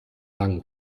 langen